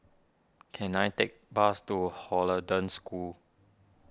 can I take a bus to Hollandse School